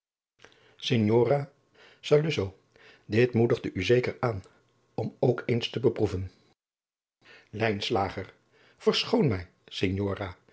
dit moedigde u zeker aan om ook eens te beproeven